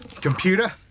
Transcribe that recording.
Computer